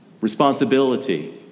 responsibility